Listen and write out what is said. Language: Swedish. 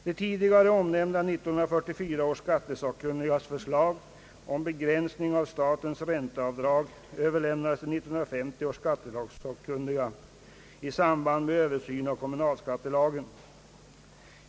Det tidigare omnämnda förslaget från 1944 års skattesakkunniga om begränsning av statens ränteavdrag överlämnades till 1950 års skattelagssakkunniga i samband med översyn av kommunalskattelagen.